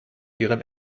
ihren